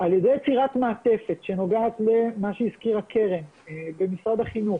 על ידי תפירת מעטפת שנוגעת למה שהזכירה קרן ממשרד החינוך